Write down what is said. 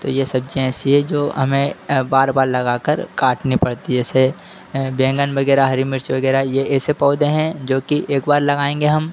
तो यह सब्जियाँ ऐसी है तो हमें बार बार लगाकर काटनी पड़ती है जैसे हैं बैंगन वगैरह हरी मिर्च वगैरह यह ऐसे पौधे हैं जो कि एक बार लगाएँगे हम